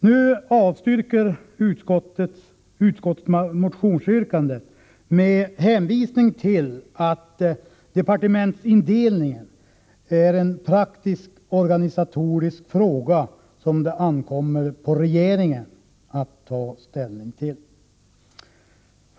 Nu avstyrker utskottet motionsyrkandet med hänvisning till att departementsindelningen är en praktiskt organisatorisk fråga som det ankommer på regeringen att ta ställning till.